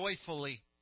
joyfully